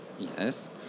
Yes